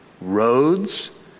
roads